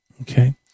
Okay